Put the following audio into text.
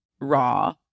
Raw